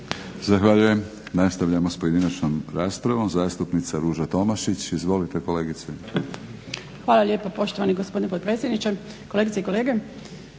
Zahvaljujem. Nastavljamo s pojedinačnom raspravom, zastupnica Ruža Tomašić. Izvolite kolegice. **Tomašić, Ruža (HSP AS)** Hvala lijepo poštovani gospodine potpredsjedniče. Kolegice i kolege.